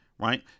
Right